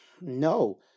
No